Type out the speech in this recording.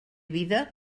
vida